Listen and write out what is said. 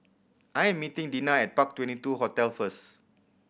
I am meeting Dinah at Park Twenty two Hotel first